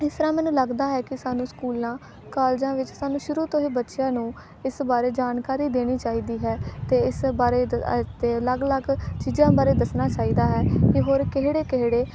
ਇਸ ਤਰ੍ਹਾਂ ਮੈਨੂੰ ਲੱਗਦਾ ਹੈ ਕਿ ਸਾਨੂੰ ਸਕੂਲਾਂ ਕਾਲਜਾਂ ਵਿੱਚ ਸਾਨੂੰ ਸ਼ੁਰੂ ਤੋਂ ਹੀ ਬੱਚਿਆਂ ਨੂੰ ਇਸ ਬਾਰੇ ਜਾਣਕਾਰੀ ਦੇਣੀ ਚਾਹੀਦੀ ਹੈ ਅਤੇ ਇਸ ਬਾਰੇ ਦ ਅ ਅਤੇ ਅਲੱਗ ਅਲੱਗ ਚੀਜ਼ਾਂ ਬਾਰੇ ਦੱਸਣਾ ਚਾਹੀਦਾ ਹੈ ਕਿ ਹੋਰ ਕਿਹੜੇ ਕਿਹੜੇ